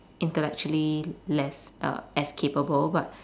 intellectually less uh as capable but